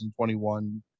2021